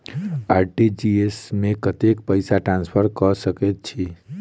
RTGS मे कतेक पैसा ट्रान्सफर कऽ सकैत छी?